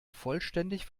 vollständig